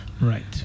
right